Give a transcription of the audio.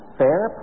fair